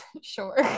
Sure